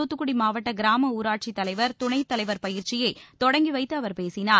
துத்துக்குடி மாவட்ட கிராம ஊராடசித் தலைவர் துணைத் தலைவர் பயிற்சியை தொடங்கி வைத்து அவர் பேசினார்